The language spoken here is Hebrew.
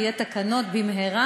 ויהיו תקנות במהרה,